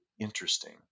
interesting